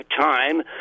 time